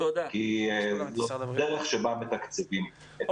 כי זה תלוי בדרך שבה מתקצבים את הפעולות.